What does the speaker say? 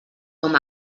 com